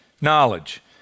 knowledge